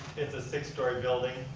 it's a six story building.